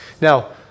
Now